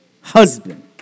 husband